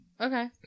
Okay